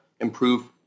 improve